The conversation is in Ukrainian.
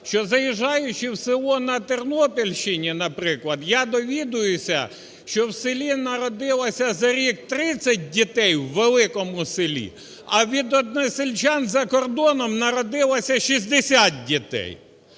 що, заїжджаючи у село на Тернопільщині, наприклад, я довідуюся, що у селі народилося за рік 30 дітей, у великому селі, а від односельчан за кордоном народилося 60 дітей.